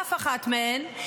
באף אחת מהן.